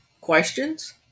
questions